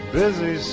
busy